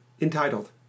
entitled